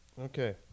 Okay